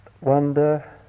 wonder